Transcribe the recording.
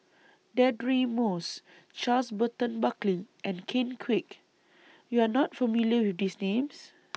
Deirdre Moss Charles Burton Buckley and Ken Kwek YOU Are not familiar with These Names